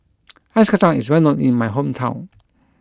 Ice Kacang is well known in my hometown